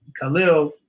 Khalil